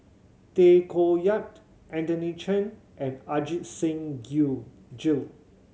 Tay Koh Yat Anthony Chen and Ajit Singh Gill